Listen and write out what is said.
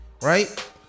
right